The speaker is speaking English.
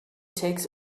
takes